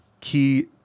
key